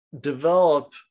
develop